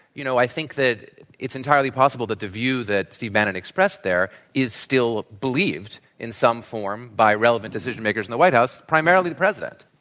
you know, i think that it's entirely possible that the view that steve bannon expressed there is still believed in some form by relevant decision-makers in the white house, primarily the president.